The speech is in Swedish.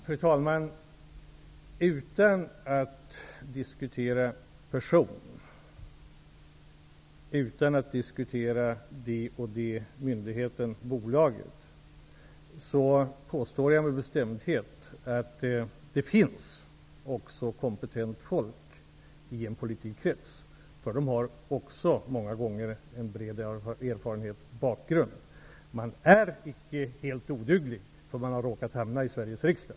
Fru talman! Utan att diskutera person, utan att diskutera den eller den myndigheten, det eller det bolaget, påstår jag med bestämdhet att det finns kompetent folk också i en politikerkrets. Politiker har många gånger också en bred erfarenhet och bakgrund. Man är icke helt oduglig därför att man råkat hamna i Sveriges riksdag.